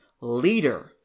leader